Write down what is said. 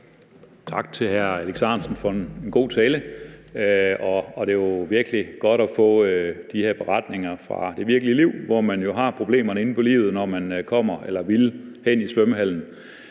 Tak til hr. Alex Ahrendtsen for en god tale. Det er jo virkelig godt at få de her beretninger fra det virkelige liv, hvor man har problemerne inde på livet, når man kommer eller vil hen i svømmehallen